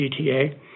GTA